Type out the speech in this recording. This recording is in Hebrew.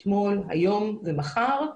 אתמול, היום ומחר.